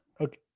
Okay